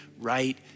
right